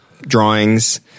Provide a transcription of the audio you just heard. drawings